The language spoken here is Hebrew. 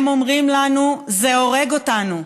הם אומרים לנו: זה הורג אותנו.